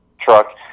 truck